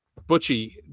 Butchie